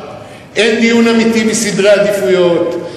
אין דיון אמיתי בסדרי העדיפויות,